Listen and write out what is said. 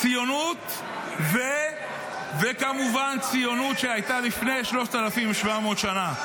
ציונות וכמובן, ציונות שהייתה לפני 3,700 שנה.